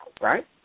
right